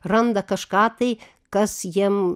randa kažką tai kas jiem